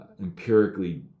empirically